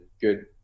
good